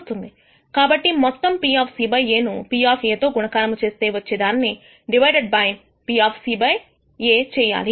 కాబట్టి మొత్తం P C | A ను P తో గుణకారము చేస్తే వచ్చే దానిని డివైడెడ్ బైP C | A చేయాలి